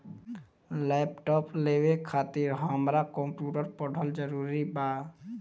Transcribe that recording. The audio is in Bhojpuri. लैपटाप लेवे खातिर हमरा कम्प्युटर पढ़ल जरूरी बा?